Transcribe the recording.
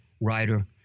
writer